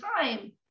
time